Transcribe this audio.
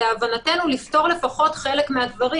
לכן נחכה שימצאו לנו את המרכז במשרד הרווחה.